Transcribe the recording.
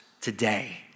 today